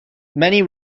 many